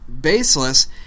baseless